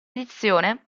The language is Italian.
edizione